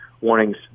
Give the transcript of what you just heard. warnings